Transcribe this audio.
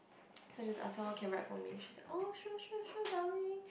so I just ask her lor can write for me she's like oh sure sure sure darling